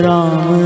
Ram